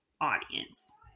audience